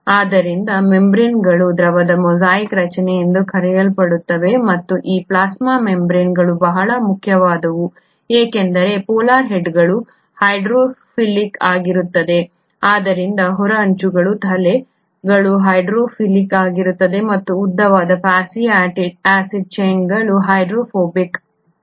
ಆದ್ದರಿಂದ ಮೆಂಬರೇನ್ಗಳು ದ್ರವದ ಮೊಸಾಯಿಕ್ ರಚನೆ ಎಂದು ಕರೆಯಲ್ಪಡುತ್ತವೆ ಮತ್ತು ಈ ಪ್ಲಾಸ್ಮಾ ಮೆಂಬರೇನ್ಗಳು ಬಹಳ ಮುಖ್ಯವಾದವು ಏಕೆಂದರೆ ಪೋಲಾರ್ ಹೆಡ್ಗಳು ಹೈಡ್ರೋಫಿಲಿಕ್ ಆಗಿರುತ್ತವೆ ಆದ್ದರಿಂದ ಹೊರ ಅಂಚುಗಳು ತಲೆಗಳು ಹೈಡ್ರೋಫಿಲಿಕ್ ಆಗಿರುತ್ತವೆ ಮತ್ತು ಉದ್ದವಾದ ಫ್ಯಾಟಿ ಆಸಿಡ್ ಚೈನ್ಗಳು ಹೈಡ್ರೋಫೋಬಿಕ್ ಆಗಿರುತ್ತವೆ